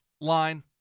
line